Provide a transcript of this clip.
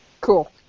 Cool